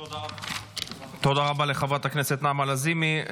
תודה רבה לחברת הכנסת נעמה לזימי.